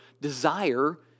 desire